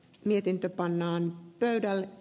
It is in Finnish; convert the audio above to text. mietintö pannaan pöydälle